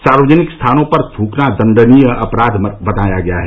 सार्वजनिक स्थानों पर थ्रकना दंडनीय अपराध बनाया गया है